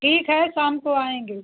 ठीक है शाम को आएँगे